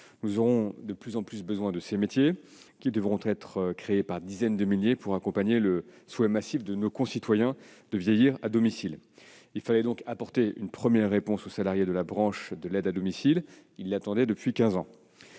Nous aurons de plus en plus besoin de ces métiers : des emplois devront être créés par dizaines de milliers pour accompagner nos concitoyens, qui souhaitent massivement vieillir à domicile. Il fallait donc apporter une première réponse aux salariés de la branche de l'aide à domicile : ils l'attendaient depuis quinze